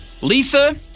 Lisa